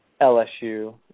LSU